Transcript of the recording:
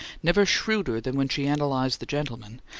never shrewder than when she analyzed the gentlemen,